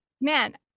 Man